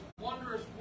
wondrous